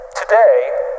today